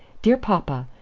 dear papa,